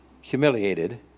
humiliated